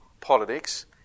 politics